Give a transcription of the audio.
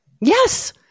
Yes